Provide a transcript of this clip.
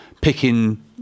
picking